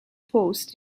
posts